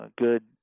good